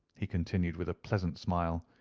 he continued, with a pleasant smile,